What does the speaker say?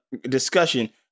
discussion